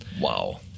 Wow